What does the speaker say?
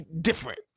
different